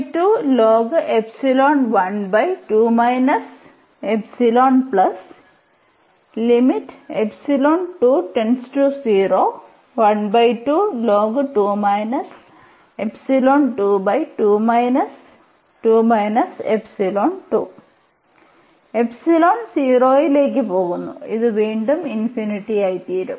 0 ലേക്ക് പോകുന്നു ഇത് വീണ്ടും ആയിത്തീരും